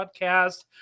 podcast